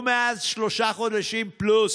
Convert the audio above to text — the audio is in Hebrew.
מאלה וצלח אותם בשלום בזכות הלכידות